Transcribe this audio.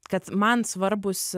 kad man svarbūs